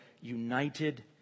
united